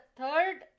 third